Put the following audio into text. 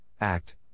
act